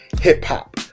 hip-hop